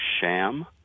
sham